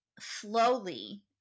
slowly